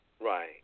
Right